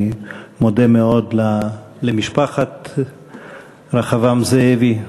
אני מודה מאוד למשפחת רחבעם זאבי,